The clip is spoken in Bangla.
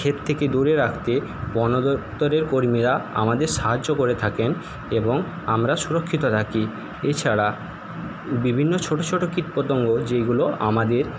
ক্ষেত থেকে দূরে রাখতে বনদপ্তরের কর্মীরা আমাদের সাহায্য করে থাকেন এবং আমরা সুরক্ষিত থাকি এছাড়া বিভিন্ন ছোট ছোট কীটপতঙ্গ যেগুলো আমাদের